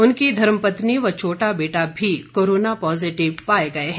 उनकी धर्मपत्नी व छोटा बेटा भी कोरोना पॉजिटिव पाए गए हैं